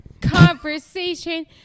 conversation